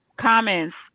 comments